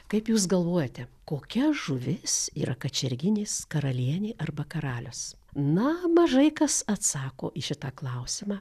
kaip jūs galvojate kokia žuvis yra kačerginės karalienė arba karalius na mažai kas atsako į šitą klausimą